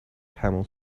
camel